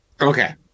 Okay